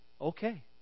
Okay